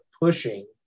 pushing